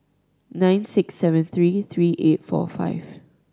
nine six seven three three eight four five